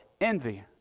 envy